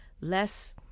less